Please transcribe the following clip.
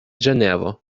ĝenevo